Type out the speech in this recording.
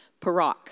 parak